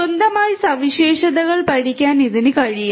സ്വന്തമായി സവിശേഷതകൾ പഠിക്കാൻ ഇതിന് കഴിയും